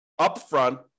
upfront